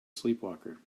sleepwalker